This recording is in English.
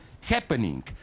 happening